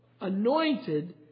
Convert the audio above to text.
anointed